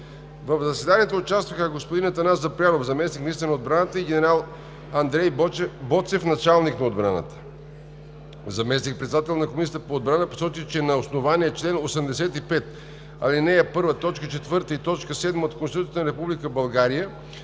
В заседанието участваха господин Атанасов Запрянов – заместник-министър на отбраната, и генерал Андрей Боцев – началник на отбраната. Заместник-председателят на Комисията по отбрана посочи, че на основание чл. 85, ал. 1, т. 4 и т. 7 от Конституцията на Република България